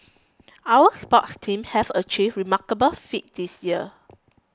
our sports team have achieved remarkable feats this year